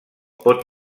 pot